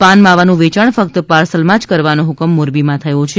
પાન માવાનું વેચાણ ફક્ત પાર્સલમાં જ કરવાનો હુકમ મોરબીમાં થયો છે